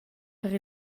per